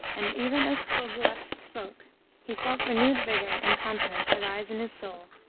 and even as khlobuev spoke he felt renewed vigour and confidence arise in his soul,